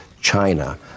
China